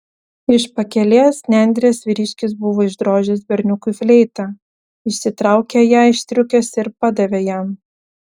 iš pakelės nendrės vyriškis buvo išdrožęs berniukui fleitą išsitraukė ją iš striukės ir padavė jam